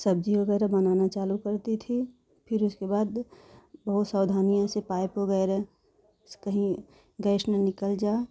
सब्जी वगैरह बनाना चालू करती थी फिर उसके बाद बहुत सावधानी से पाक वगैरह कहीं गैस ना निकल जाए